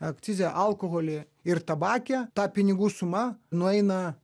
akcize alkoholy ir tabake ta pinigų suma nueina